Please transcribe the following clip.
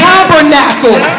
Tabernacle